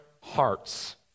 hearts